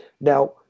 Now